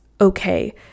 okay